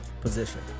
position